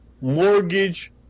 mortgage